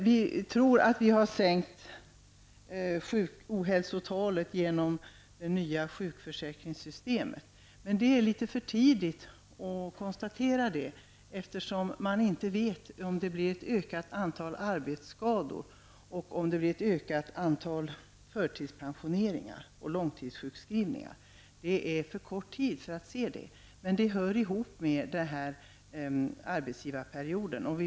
Vi tror att vi har sänkt ohälsotalet genom det nya sjukförsäkringssystemet, men det är litet för tidigt att konstatera det, eftersom man inte vet om det blir ett utökat antal arbetsskador och ett större antal förtidspensioneringar och långtidssjukskrivningar. Detta hör ihop med frågan om en utvärdering av arbetsgivarperioden.